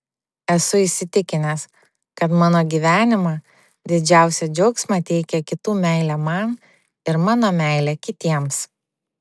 esu įsitikinęs kad mano gyvenime didžiausią džiaugsmą teikia kitų meilė man ir mano meilė kitiems